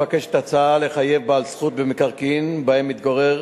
ההצעה מבקשת לחייב בעל זכות במקרקעין שבהם מתגורר